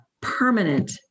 permanent